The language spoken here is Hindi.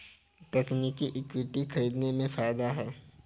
तकनीकी इक्विटी खरीदने में फ़ायदा है